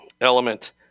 element